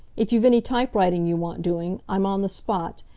if you've any typewriting you want doing, i'm on the spot,